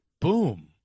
boom